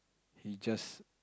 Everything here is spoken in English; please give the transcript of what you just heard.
he just